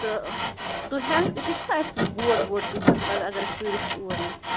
تہٕ تُہۍ ہیٚکہِ وا اَسہِ یِم بوٹ ووٹ دِتھ حظ پَگاہ اَگر اَسہِ ٹیوٗرِسٹ اور اِن